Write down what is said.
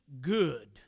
good